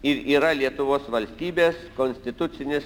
ir yra lietuvos valstybės konstitucinis